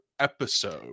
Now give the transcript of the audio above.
episode